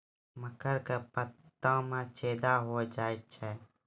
मकर के पत्ता मां छेदा हो जाए छै?